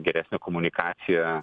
geresnė komunikacija